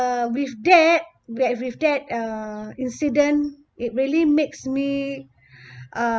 uh with that but with that uh incident it really makes me uh